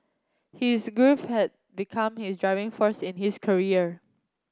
he is grief had become his driving force in his career